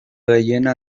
gehiena